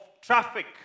traffic